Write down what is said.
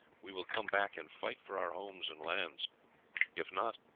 we will come back and fight for our home and lands if not,